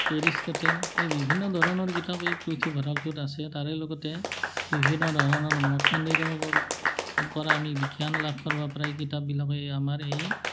Aristotle এই বিভিন্ন ধৰণৰ কিতাপ এই পুথিভঁৰালটোত আছে তাৰে লগতে বিভিন্ন ধৰণৰ মঠ মন্দিৰৰ পৰা আমি বিজ্ঞান লাভ কৰাৰ পৰা কিতাপবিলাকে আমাৰ এই